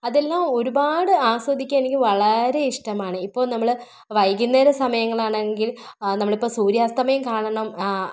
അതെല്ലാം ഒരുപാട് ആസ്വാദിക്കാന് എനിക്ക് വളരെ ഇഷ്ടമാണ് ഇപ്പോൾ നമ്മൾ വൈകുന്നേരം സമയങ്ങളാണെങ്കില് നമ്മൾ ഇപ്പം സൂര്യാസ്ഥമയം കാണണം